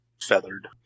feathered